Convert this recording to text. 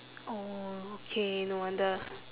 oh okay no wonder